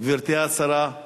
גברתי השרה,